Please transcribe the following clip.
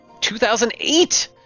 2008